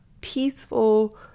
peaceful